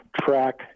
track